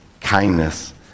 kindness